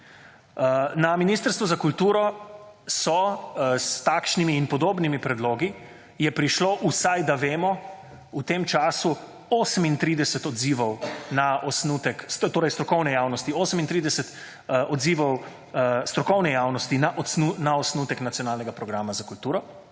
Na Ministrstvu za kulturo so s takšnimi in podobnimi predlogi, je prišlo, vsaj da vemo, v tem času 38 odzivov na osnutek, torej strokovne javnosti, 38 odzivov strokovne javnosti na osnutek Nacionalnega programa za kulturo,